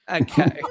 Okay